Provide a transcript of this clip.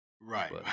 right